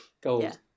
gold